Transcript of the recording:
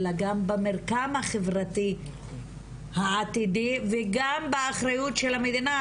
אלא גם במרקם החברתי העתידי וגם באחריות של המדינה,